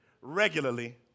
regularly